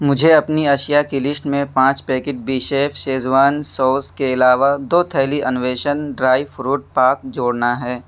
مجھے اپنی اشیاء کی لیسٹ میں پانچ پیکٹ بی شیف شیزوان سوس کے علاوہ دو تھیلی انویشن ڈرائی فروٹ پاک جوڑنا ہے